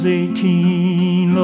eighteen